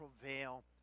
prevail